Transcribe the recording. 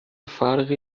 فرقی